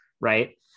right